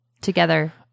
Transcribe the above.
together